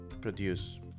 produce